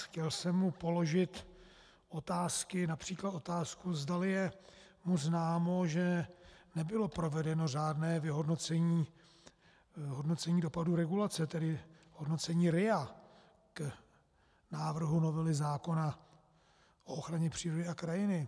Chtěl jsem mu položit otázky například otázku, zdali mu je známo, že nebylo provedeno řádné vyhodnocení dopadů regulace, tedy hodnocení RIA, k návrhu novely zákona o ochraně přírody a krajiny.